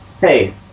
Hey